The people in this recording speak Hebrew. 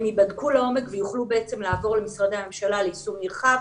הם יבדקו לעומק ויוכלו בעצם לעבור אל משרדי הממשלה ליישום נרחב.